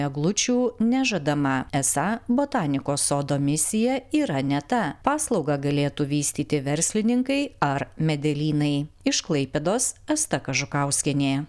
eglučių nežadama esą botanikos sodo misija yra ne ta paslaugą galėtų vystyti verslininkai ar medelynai iš klaipėdos asta kažukauskienė